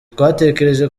twatekereje